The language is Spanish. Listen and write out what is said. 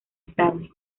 estable